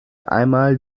einmal